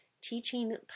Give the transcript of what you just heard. teaching